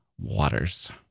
waters